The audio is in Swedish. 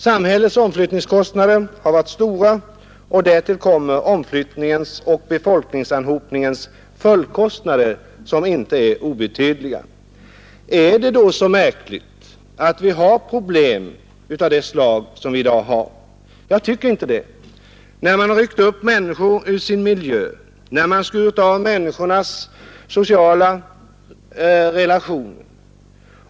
Samhällets omflyttningskostnader har varit stora, och därtill kommer omflyttningens och befolkningsanhopningens följdkostnader, som inte är obetydliga. Är det då så märkligt att vi har problem av det slag som vi i dag har? Jag tycker inte det, när man ryckt upp människor ur deras miljö, när man skurit av människornas sociala reaktioner.